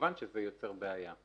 וכמובן שזה יוצר בעיה.